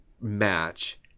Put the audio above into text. match